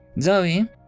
Zoe